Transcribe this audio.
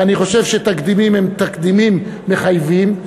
ואני חושב שתקדימים הם תקדימים מחייבים.